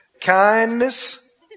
Kindness